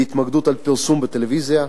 בהתמקדות על פרסום בטלוויזיה.